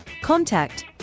Contact